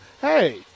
hey